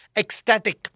ecstatic